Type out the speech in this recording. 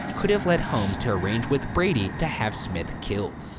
could have led holmes to arrange with brady to have smith killed.